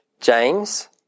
James